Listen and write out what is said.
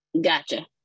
Gotcha